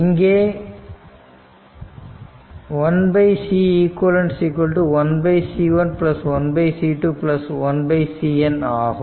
இங்கே 1Ceq 1C1 1C2 1CN ஆகும்